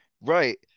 Right